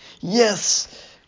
Yes